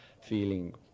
feeling